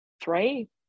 three